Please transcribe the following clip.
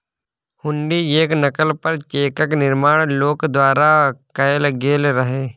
हुंडीयेक नकल पर चेकक निर्माण लोक द्वारा कैल गेल रहय